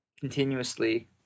Continuously